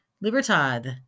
Libertad